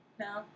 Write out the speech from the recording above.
No